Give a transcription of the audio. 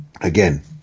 again